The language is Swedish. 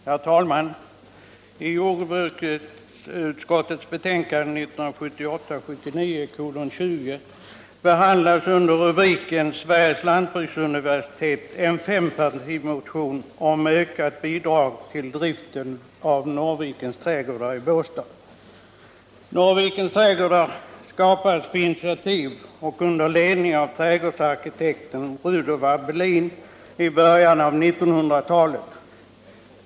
Herr talman! I jordbruksutskottets betänkande 1978/79:20 behandlas under rubriken Sveriges lantbruksuniversitet en fempartimotion om ökat bidrag till driften av Norrvikens trädgårdar i Båstad. Norrvikens trädgårdar skapades på initiativ och under ledning av trädgårdsarkitekten Rudolf Abelin i början av 1900-talet.